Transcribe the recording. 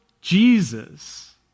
Jesus